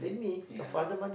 ya